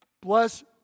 bless